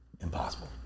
Impossible